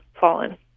fallen